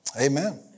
Amen